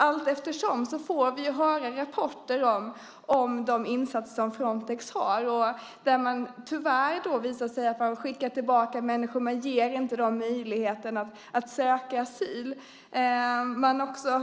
Allteftersom får vi rapporter om de insatser som Frontex gör. Tyvärr visar det sig att människor skickas tillbaka. De ges inte möjlighet att söka asyl.